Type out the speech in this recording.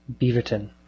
Beaverton